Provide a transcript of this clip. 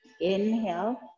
Inhale